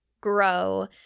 grow